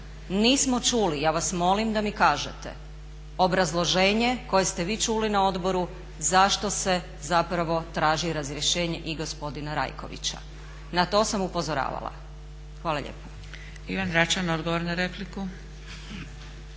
nismo čuli, ja vas molim da mi kažete obrazloženje koje ste vi čuli na odboru zašto se zapravo traži razrješenje i gospodina Rajkovića? Na to sam upozoravala. Hvala lijepa. **Zgrebec, Dragica